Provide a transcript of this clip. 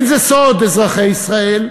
זה לא סוד, אזרחי ישראל,